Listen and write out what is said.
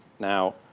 now,